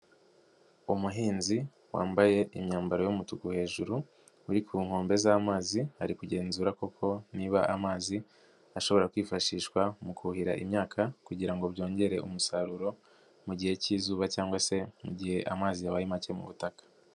Umuhinzi wambaye imyambaro y'umutuku hejuru, uri ku nkombe z'amazi ari kugenzura koko niba amazi ashobora kwifashishwa mu kuhira imyaka kugira ngo byongere umusaruro mu gihe k'izuba cyangwa se mu gihe amazi yabaye make mu butaka.